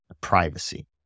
privacy